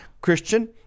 Christian